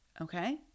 okay